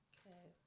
Okay